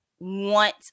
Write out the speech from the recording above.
want